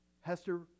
Hester